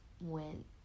went